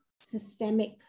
systemic